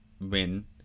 win